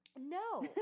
No